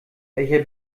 welcher